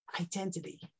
identity